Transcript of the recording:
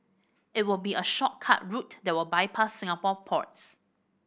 it will be a shortcut route that will bypass Singapore ports